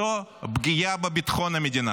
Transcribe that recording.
זאת פגיעה בביטחון המדינה.